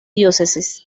diócesis